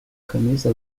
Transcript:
camisa